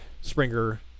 Springer